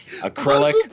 acrylic